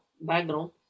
background